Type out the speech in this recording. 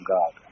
God